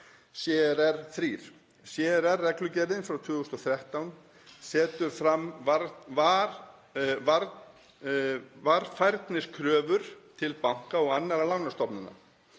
(CRR III). CRR-reglugerðin frá 2013 setur fram varfærniskröfur til banka og annarra lánastofnana,